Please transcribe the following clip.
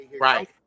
Right